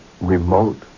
remote